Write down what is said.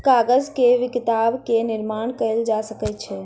कागज से किताब के निर्माण कयल जा सकै छै